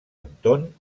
anton